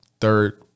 third